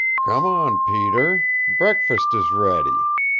come on, peter. breakfast is ready!